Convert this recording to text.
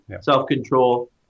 Self-control